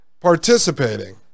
participating